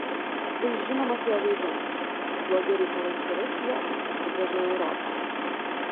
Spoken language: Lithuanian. tai žinomas jo žaidimas kai blogi reikalai su rusija jis atsigręžia į europą